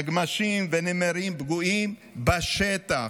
נגמ"שים ונמ"רים פגועים בשטח,